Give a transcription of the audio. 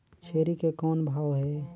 छेरी के कौन भाव हे?